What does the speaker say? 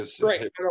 right